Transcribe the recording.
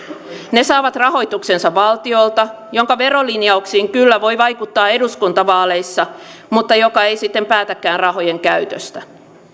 ne saavat rahoituksensa valtiolta jonka verolinjauksiin kyllä voi vaikuttaa eduskuntavaaleissa mutta joka ei sitten päätäkään rahojen käytöstä